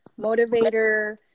motivator